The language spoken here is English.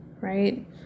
right